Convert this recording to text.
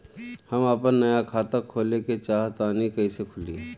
हम आपन नया खाता खोले के चाह तानि कइसे खुलि?